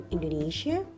Indonesia